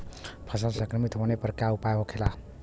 फसल संक्रमित होने पर क्या उपाय होखेला?